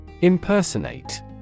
Impersonate